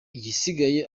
igisigaye